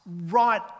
right